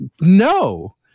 No